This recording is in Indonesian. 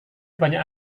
banyak